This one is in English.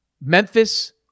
Memphis